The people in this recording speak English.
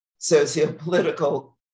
sociopolitical